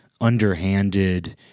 underhanded